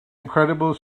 incredible